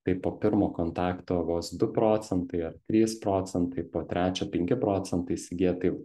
tai po pirmo kontakto vos du procentai ar trys procentai po trečio penki procentai įsigyja tai